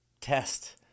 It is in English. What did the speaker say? test